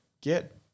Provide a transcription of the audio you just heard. get